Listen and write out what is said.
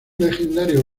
legendario